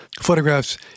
photographs